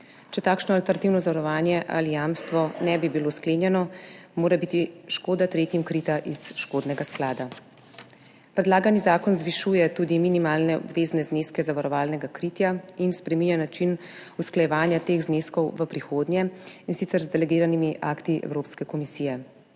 Če takšno alternativno zavarovanje ali jamstvo ne bi bilo sklenjeno, mora biti škoda tretjim krita iz škodnega sklada. Predlagani zakon zvišuje tudi minimalne obvezne zneske zavarovalnega kritja in spreminja način usklajevanja teh zneskov v prihodnje, in sicer z delegiranimi akti Evropske komisije.